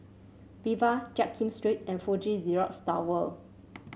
Viva Jiak Kim Street and Fuji Xerox Tower